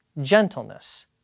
gentleness